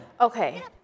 Okay